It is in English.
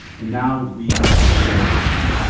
and now we'd like to share it with you